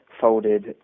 folded